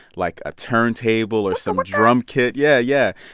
like a turntable or some drum kit yeah, yeah.